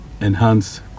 enhance